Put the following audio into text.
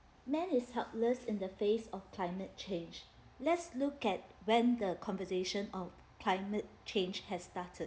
man is helpless in the face of climate change let's look at when the conversation of climate change has started